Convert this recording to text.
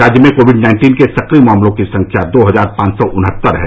राज्य में Covid nineteen के सक्रिय मामलों की संख्या दो हजार पांच सौ उनहत्तर है